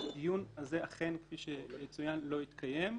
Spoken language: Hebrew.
והדיון הזה אכן, כפי שצוין, לא התקיים.